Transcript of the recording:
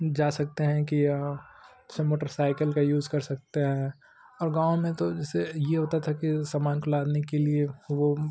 जा सकते हैं कि सब मोटरसाइकिल का यूज़ कर सकते हैं और गाँव में तो जैसे यह होता था कि सामान को लादने के लिए वह